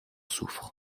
souffre